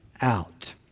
out